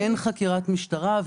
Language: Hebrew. אין חקירת משטרה.